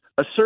assert